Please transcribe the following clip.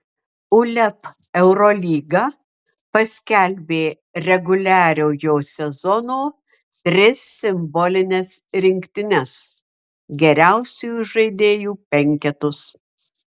uleb eurolyga paskelbė reguliariojo sezono tris simbolines rinktines geriausiųjų žaidėjų penketus